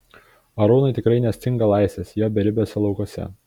arūnui tikrai nestinga laisvės jo beribiuose laukuose